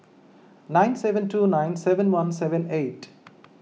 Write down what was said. nine seven two nine seven one seven eight